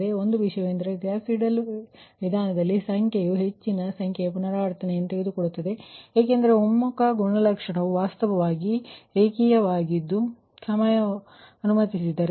ಆದ್ದರಿಂದ ಒಂದೇ ವಿಷಯವೆಂದರೆ ಗೌಸ್ ಸೀಡೆಲ್ ವಿಧಾನದಲ್ಲಿ ಆ ಸಂಖ್ಯೆಯು ಹೆಚ್ಚಿನ ಸಂಖ್ಯೆಯ ಪುನರಾವರ್ತನೆಯನ್ನು ತೆಗೆದುಕೊಳ್ಳುತ್ತದೆ ಏಕೆಂದರೆ ಒಮ್ಮುಖ ಗುಣಲಕ್ಷಣವು ವಾಸ್ತವವಾಗಿ ಲೀನಿಯರ್ ಆಗಿದೆ